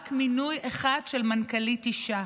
רק מינוי אחד של מנכ"לית אישה.